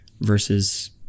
versus